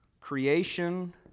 creation